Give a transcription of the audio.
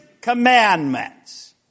commandments